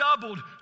doubled